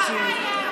בושה.